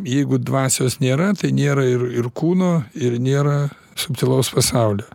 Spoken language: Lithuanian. jeigu dvasios nėra tai nėra ir ir kūno ir nėra subtilaus pasaulio